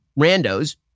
randos